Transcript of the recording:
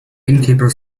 innkeeper